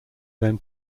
then